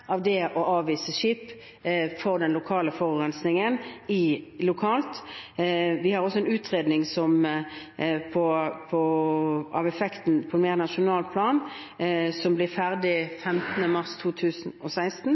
av å avise skip når det gjelder den lokale forurensningen. Vi har også en utredning av effekten på mer nasjonalt plan, som blir ferdig 15. mars 2016.